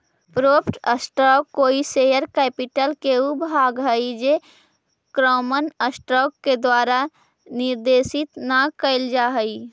preferred stock कोई share capital के ऊ भाग हइ जे कॉमन स्टॉक के द्वारा निर्देशित न कैल जा हइ